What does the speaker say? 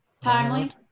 timely